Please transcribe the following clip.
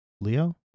Leo